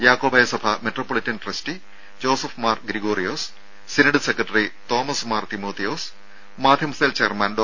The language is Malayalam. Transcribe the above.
യാക്കോബായ സഭ metropolitan trustee Joseph Mar Gregorios synod secretary Thomas Mar Thimothios മാധ്യമ സെൽ ചെയർമാൻ ഡോ